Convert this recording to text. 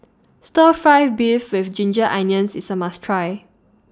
Stir Fry Beef with Ginger Onions IS A must Try